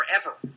forever